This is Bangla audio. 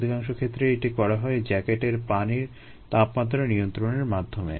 অধিকাংশ ক্ষেত্রেই এটি করা হয় জ্যাকেটের পানির তাপমাত্রা নিয়ন্ত্রণের মাধ্যমে